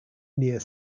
near